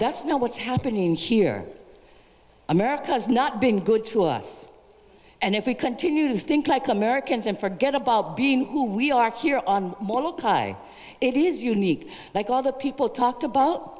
that's not what's happening here america has not been good to us and if we continue to think like americans and forget about being who we are here on it is unique like all the people talked about